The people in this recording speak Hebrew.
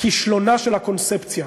כישלונה של הקונספציה.